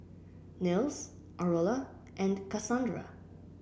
Nils Aurilla and Kasandra